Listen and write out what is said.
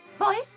Boys